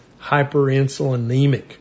hyperinsulinemic